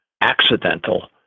accidental